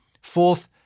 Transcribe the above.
Fourth